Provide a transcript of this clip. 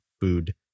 food